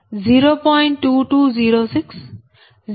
2500 0